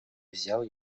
взял